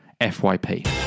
FYP